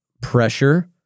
pressure